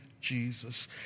Jesus